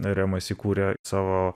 remas įkūrė savo